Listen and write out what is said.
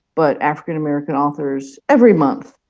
but african american authors every month.